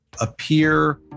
appear